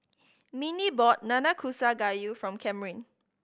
Mindy bought Nanakusa Gayu for Camryn